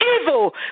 evil